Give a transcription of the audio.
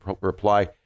reply